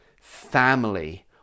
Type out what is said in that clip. Family